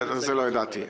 את זה לא ידעתי.